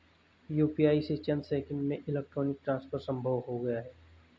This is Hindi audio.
यूपीआई से चंद सेकंड्स में इलेक्ट्रॉनिक ट्रांसफर संभव हो गया है